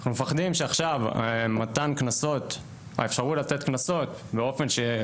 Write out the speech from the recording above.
אנחנו מפחדים שעכשיו האפשרות לתת קנסות באופן שיהיה